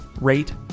Rate